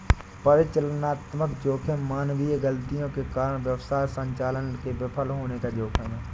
परिचालनात्मक जोखिम मानवीय गलतियों के कारण व्यवसाय संचालन के विफल होने का जोखिम है